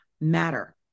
matter